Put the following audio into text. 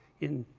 in,